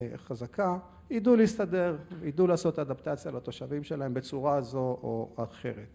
חזקה, ידעו להסתדר, ידעו לעשות אדפטציה לתושבים שלהם בצורה זו או אחרת